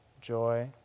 joy